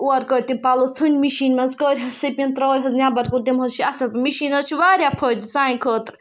اورٕ کٔڑۍ تِم پَلو ژھٔنۍ مِشیٖن منٛز کٔرۍ سِپِن ترٛٲوۍ حظ نٮ۪بَرکُن تِم حظ چھِ اَصٕل مِشیٖن حظ چھِ واریاہ فٲیِدٕ سانہِ خٲطرٕ